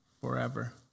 forever